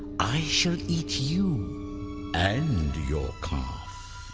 i shall eat you and your calf!